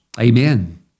Amen